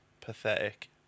Pathetic